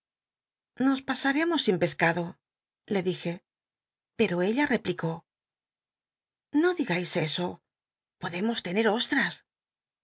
os pasaremos sin pescado le dije pero ella l'eplicó o digais eso podemos tener ostlas